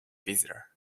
visitor